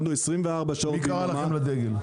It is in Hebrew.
מי קרא לכם לדגל?